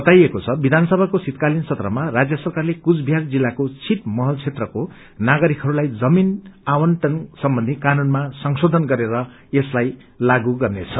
बताइएको छ विधान सभाको शीतक्रलिन सत्रमा राज्य सरकार कूचबिहार जिल्तको छीटंमहल क्षेत्रको नागरिकहरूलाई जमीन अवण्टन सम्बन्धी कानूनमासंशोधन गरेर यसलाई लागू गर्नेछ